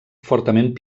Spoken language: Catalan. fortament